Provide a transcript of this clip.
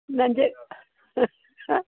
ನಂಜೆ ಹಾಂ